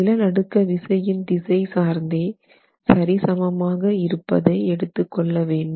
நிலநடுக்க விசையின் திசை சார்ந்தே சரி சமமாக இருப்பதை எடுத்துக்கொள்ள வேண்டும்